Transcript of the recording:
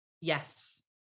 Yes